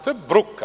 To je bruka.